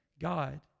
God